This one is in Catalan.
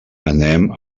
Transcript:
anem